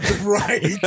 Right